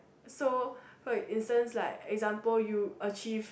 so for instance like example you achieve